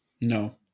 no